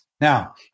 Now